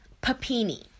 Papini